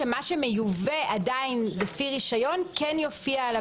שמה שמיובא עדיין לפי רשיון כן יופיע עליו